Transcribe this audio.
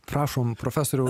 prašom profesoriau